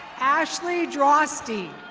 ashley drosty.